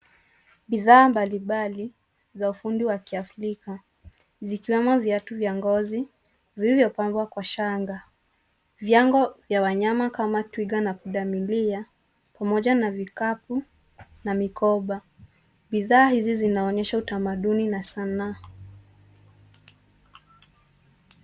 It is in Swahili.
Bidhaa mbalimbali za ufundi wa kiafrika zikiwemo viatu vya ngozi vilivyopangwa kwa shanga. Viango vya wanyama kama vile twiga na punda milia pamoja na vikapu na mikoba. Bidhaa hizi zinaonyesha utamaduni na sanaa.